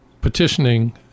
petitioning